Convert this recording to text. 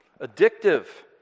Addictive